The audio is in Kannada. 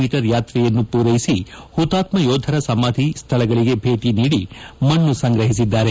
ಮೀ ಯಾತ್ರೆಯನ್ನು ಪೂರೈಸಿ ಹುತಾತ್ಮ ಯೋಧರ ಸಮಾಧಿ ಸ್ಥಳಗಳಿಗೆ ಭೇಟಿ ನೀಡಿ ಮಣ್ಣು ಸಂಗ್ರಹಿಸಿದ್ದಾರೆ